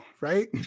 Right